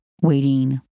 waiting